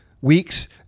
weeks